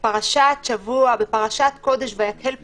בפרשת קודש ויקהל פקודי,